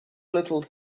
little